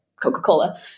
Coca-Cola